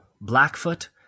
Blackfoot